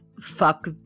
fuck